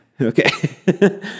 Okay